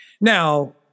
Now